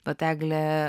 vat eglė